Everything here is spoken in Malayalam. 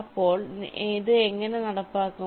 അപ്പോൾ ഇത് എങ്ങനെ നടപ്പാക്കും